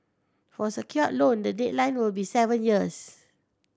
for secured loan the deadline will be seven years